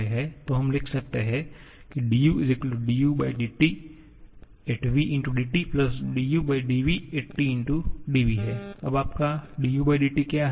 तो हम लिख सकते हैं 𝑑𝑢 u𝑇vdT uvT dv अब आपका u𝑇क्या है